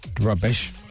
Rubbish